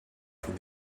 from